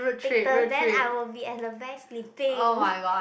take turns then I will be at the back sleeping